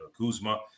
Kuzma